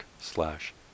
slash